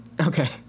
Okay